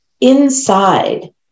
inside